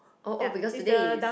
oh oh because today is